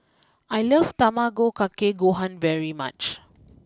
I love Tamago Kake Gohan very much